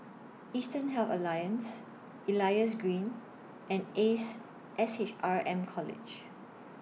Eastern Health Alliance Elias Green and Ace S H R M College